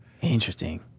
Interesting